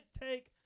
take